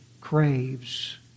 craves